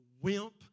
wimp